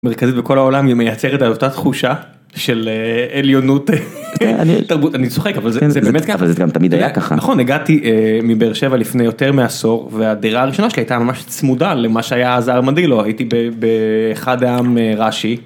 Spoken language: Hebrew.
מרכזית בכל העולם, היא מייצרת על אותה תחושה של עליונות תרבותית, אני צוחק אבל זה באמת ככה, -אבל זה גם תמיד היה ככה. -נכון, הגעתי מבאר שבע לפני יותר מעשור, והדירה הראשונה שלי הייתה ממש צמודה למה שהיה אז הארמדילו, הייתי באחד העם - רש"י.